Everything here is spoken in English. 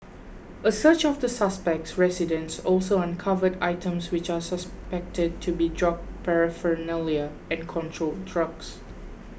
a search of the suspect's residence also uncovered items which are suspected to be drug paraphernalia and controlled drugs